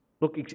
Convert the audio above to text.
Look